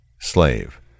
Slave